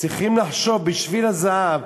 צריכים לחשוב בשביל הזהב